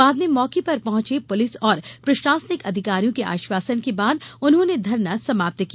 बाद में मौके पर पहुंचे पुलिस और प्रशासनिक अधिकारियों के आश्वासन के बाद उन्होंने धरना समाप्त किया